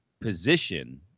position